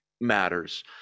matters